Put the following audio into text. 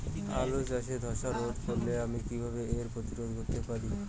আলু চাষে ধসা রোগ ধরলে আমি কীভাবে এর প্রতিরোধ করতে পারি?